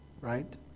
right